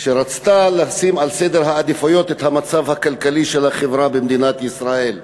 שרצתה לשים על סדר העדיפויות את המצב הכלכלי של החברה במדינת ישראל.